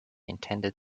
intended